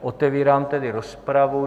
Otevírám tedy rozpravu.